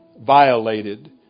violated